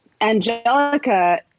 angelica